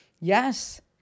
Yes